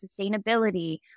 sustainability